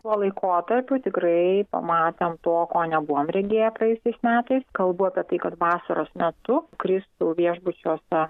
tuo laikotarpiu tikrai pamatėm to ko nebuvom regėję praėjusiais metais kalbu apie tai kad vasaros metu kristų viešbučiuose